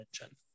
mention